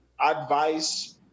advice